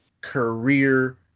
career